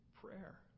Prayer